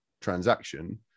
transaction